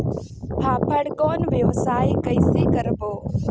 फाफण कौन व्यवसाय कइसे करबो?